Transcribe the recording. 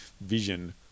vision